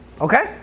okay